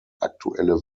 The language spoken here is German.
aktuelle